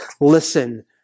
listen